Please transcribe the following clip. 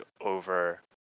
over